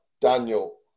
Daniel